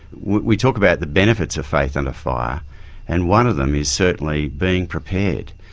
we talk about the benefits of faith under fire and one of them is certainly being prepared.